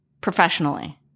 professionally